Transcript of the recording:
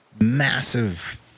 massive